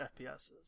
FPSs